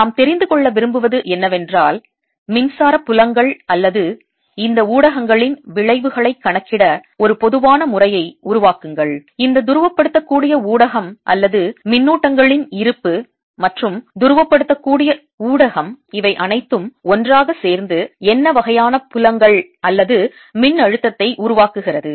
நாம் தெரிந்து கொள்ள விரும்புவது என்னவென்றால் மின்சார புலங்கள் அல்லது இந்த ஊடகங்களின் விளைவுகளைக் கணக்கிட ஒரு பொதுவான முறையை உருவாக்குங்கள் இந்த துருவப்படுத்தக்கூடிய ஊடகம் அல்லது மின்னூட்டங்களின் இருப்பு மற்றும் துருவப்படுத்தக்கூடிய ஊடகம் இவை அனைத்தும் ஒன்றாக சேர்ந்து என்ன வகையான புலங்கள் அல்லது மின்னழுத்தத்தை உருவாக்குகிறது